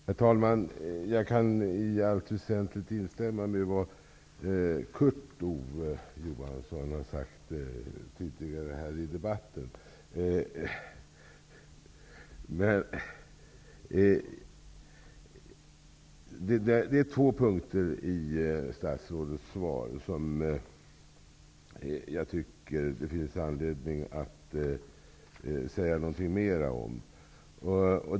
Herr talman! Jag kan i allt väsentligt instämma i vad Kurt Ove Johansson har sagt tidigare i debatten. Men det är två punkter i statsrådets svar som jag tycker att det finns anledning att säga någonting mer om.